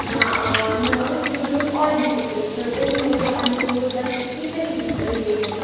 نہ آ مےٚ ٲس ییٚمہِ برٛونٛٹھ اویلی سِکِن تہٕ تَمہِ موٗجوٗب اَنے مےٚ پرٛوڈَکٹ کیٚنٛہہ تٔتھی رِِلیٹِڈ